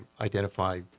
identify